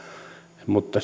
mutta